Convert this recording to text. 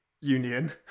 union